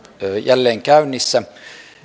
jälleen käynnissä